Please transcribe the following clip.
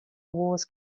wars